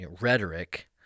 Rhetoric